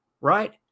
right